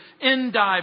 endive